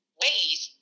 ways